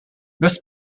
this